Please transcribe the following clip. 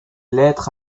lettres